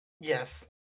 Yes